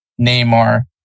Neymar